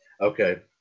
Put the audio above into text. Okay